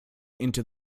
into